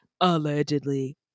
allegedly